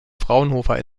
fraunhofer